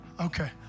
Okay